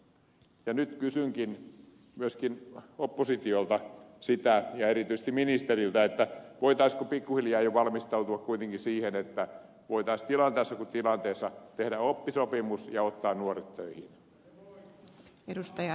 nyt kysynkin myöskin oppositiolta sitä ja erityisesti ministeriltä voitaisiinko pikkuhiljaa jo valmistautua kuitenkin siihen että voitaisiin tilanteessa kuin tilanteessa tehdä oppisopimus ja ottaa nuoret töihin